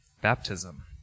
Baptism